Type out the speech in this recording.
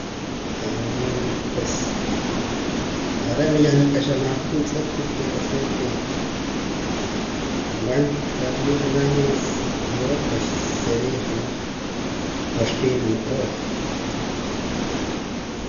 pues are' mah yanik'axamah ta juntz'ip porque osea que bueno reh nriwii' janaj más kiroo pues sería janaj rikorpiim rino'ooj.